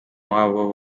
wabo